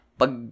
pag